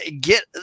get